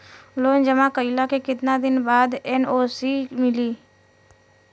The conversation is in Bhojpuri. लोन जमा कइले के कितना दिन बाद एन.ओ.सी मिली?